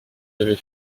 avez